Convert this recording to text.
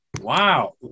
Wow